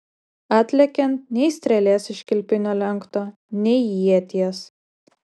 atlekiant nei strėlės iš kilpinio lenkto nei ieties